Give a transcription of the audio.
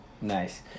Nice